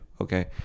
Okay